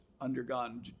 undergone